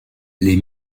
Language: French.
les